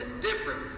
different